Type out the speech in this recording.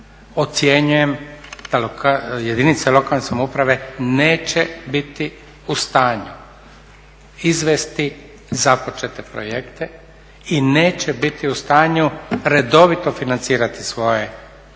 Ocjenjujem da jedinice lokalne samouprave neće biti u stanju izvesti započete projekte i neće biti u stanju redovito financirati svoje